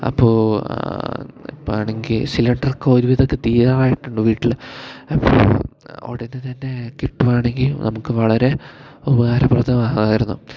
അപ്പോൾ ഇപ്പം ആണെങ്കിൽ സിലിണ്ട്ര് ഒക്കെ ഒരുവിതം ഒക്കെ തീരാറായിട്ടുണ്ട് വീട്ടിൽ അപ്പോൾ ഉടനെ തന്നെ കിട്ടുകയാണെങ്കിൽ നമുക്ക് വളരെ ഉപകാരപ്രദമാകുമായിരുന്നു